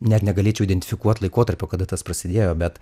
net negalėčiau identifikuot laikotarpio kada tas prasidėjo bet